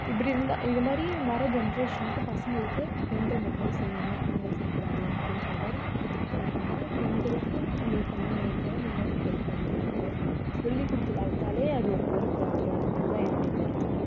இப்படி இருந்தால் இது மாதிரி வர ஜென்ரேஷனுக்கு பசங்களுக்கு பெண்கள் மட்டும் தான் செய்யணும் ஆண்கள் செய்யக் கூடாது அப்படின்ற மாதிரி வளர்க்காமல் பெண்களுக்கு நீ கல்யாணம் பண்ணிட்டு போனால் நீ ஒய்ஃபுக்கு ஹெல்ப் பண்ணணும் அப்படின்னு சொல்லி கொடுத்து வளர்த்தாலே அது ஒரு பொறுப்பு வந்துடும் இது தான் என்னுடைய கருத்து